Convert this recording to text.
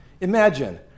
Imagine